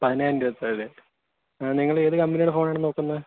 പതിനായിരം രൂപയിൽ താഴെ ആ നിങ്ങൾ ഏതു കമ്പനിയുടെ ഫോണാണ് നോക്കുന്നത്